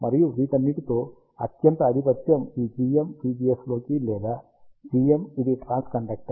మరియు వీటన్నిటిలో అత్యంత ఆధిపత్యం ఈ gm vgs లోకి లేదా gm ఇది ట్రాన్స్కండక్టెన్స్